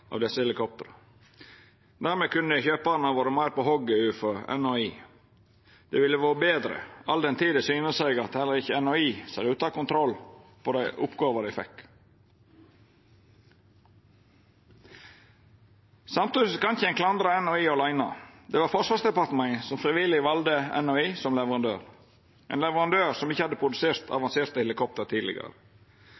av desse helikoptera. Dermed kunne kjøparane ha vore meir på hogget overfor NHI. Det ville vore betre, all den tid det syner seg at heller ikkje NHI ser ut til å ha kontroll på oppgåva dei fekk. Samstundes kan ein ikkje klandra NHI åleine. Det var Forsvarsdepartementet som frivillig valde NHI som leverandør, ein leverandør som ikkje hadde produsert